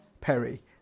Perry